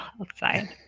outside